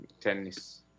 tennis